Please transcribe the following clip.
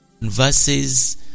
verses